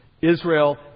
Israel